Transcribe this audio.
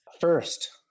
First